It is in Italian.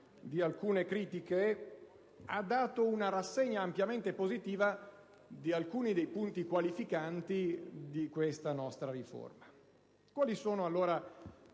di alcune critiche, ha dato una rassegna ampiamente positiva di alcuni dei punti qualificanti di questa nostra riforma. Quali sono allora